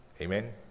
Amen